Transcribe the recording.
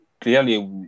clearly